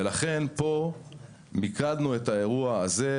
ולכן מיקדנו את האירוע הזה,